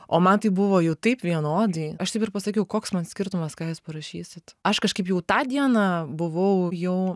o man tai buvo jau taip vienodai aš taip ir pasakiau koks man skirtumas ką jūs parašysit aš kažkaip jau tą dieną buvau jau